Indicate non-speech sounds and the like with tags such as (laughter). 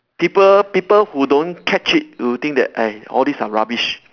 people people who don't catch it will think that (noise) all this are rubbish